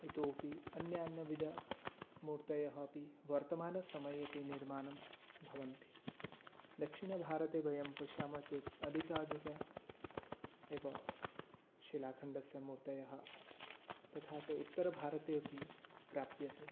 इतोऽपि अन्यान्यविधमूर्तयः अपि वर्तमानसमयेऽपि निर्माणं भवन्ति दक्षिणभारते वयं पश्यामः चेत् अधिकाधिक एव शिलाखण्डस्य मूर्तयः तथा च उत्तरभारते अपि प्राप्यते